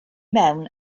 mewn